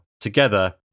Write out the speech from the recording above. together